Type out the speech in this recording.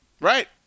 Right